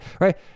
right